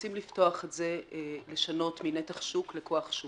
רוצים לפתוח את זה, לשנות מנתח שוק לכוח שוק,